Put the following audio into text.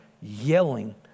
yelling